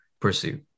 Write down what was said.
pursue